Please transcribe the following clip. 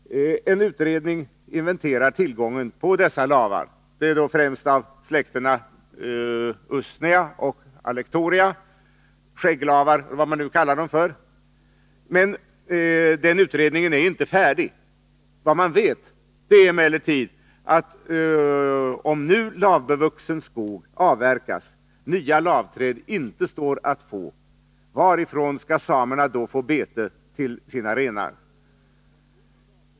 En utredning inventerar tillgången på dessa lavar — främst av släktena Usnea och Alectoria, s.k. skägglavar — men den är inte färdig. Vad man vet är emellertid att om nu lavbevuxen skog avverkas, står nya lavträd inte att få. Varifrån skall samerna då få bete till sina renar?